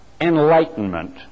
enlightenment